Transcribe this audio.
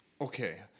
okay